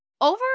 over